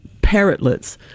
parrotlets